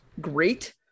great